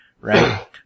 right